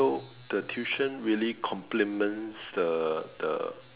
so the tuition really compliments the the